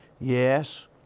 Yes